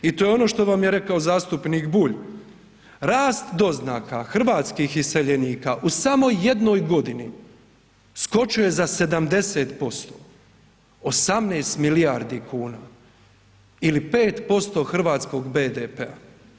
I to je ono što vam je rekao zastupnik Bulj, rast doznaka hrvatskih iseljenika u samo jednoj godini skočio je za 70%, 18 milijardi kuna ili 5% hrvatskog BDP-a.